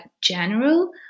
general